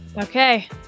Okay